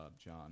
John